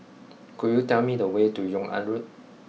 could you tell me the way to Yung An Road